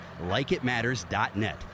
LikeItMatters.net